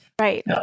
Right